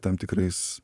tam tikrais